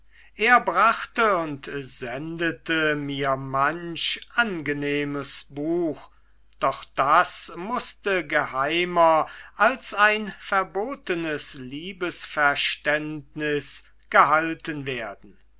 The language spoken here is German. er brachte und sendete mir manch angenehmes buch doch das mußte geheimer als ein verbotenes liebesverständnis gehalten werden